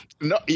No